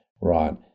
right